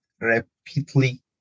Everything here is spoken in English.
repeatedly